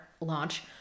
launch